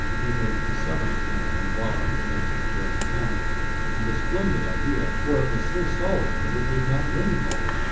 it was the seventh step from the bottom, as i took care to count and a splendid idea for it was so solid that it did not ring hollow,